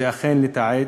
זה אכן לתעד,